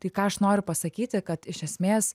tai ką aš noriu pasakyti kad iš esmės